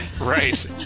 Right